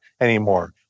anymore